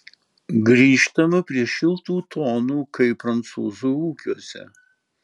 grįžtama prie šiltų tonų kai prancūzų ūkiuose